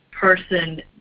person